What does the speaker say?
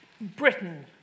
Britain